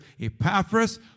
Epaphras